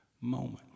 moment